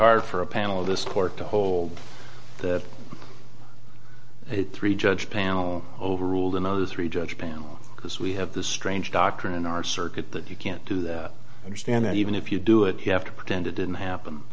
hard for a panel of this court to hold that three judge panel overruled another three judge panel because we have this strange doctrine in our circuit that you can't do that understand that even if you do it you have to pretend it didn't happen